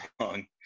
long